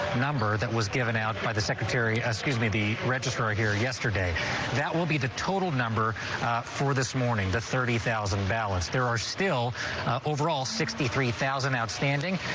that was given out by the secretary escuse me the register here yesterday that will be the total number for this morning, the thirty thousand balance there are still overall sixty three thousand outstanding.